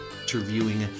interviewing